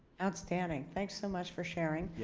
outstanding. thanks so much for sharing. yeah